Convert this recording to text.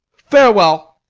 farewell.